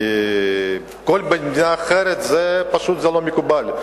בכל מדינה אחרת פשוט זה לא מקובל.